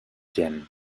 gen